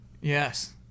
Yes